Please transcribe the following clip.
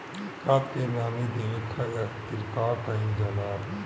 खेत के नामी देवे खातिर का कइल जाला?